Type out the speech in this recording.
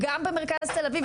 גם במרכז תל אביב,